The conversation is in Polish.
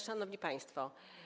Szanowni Państwo!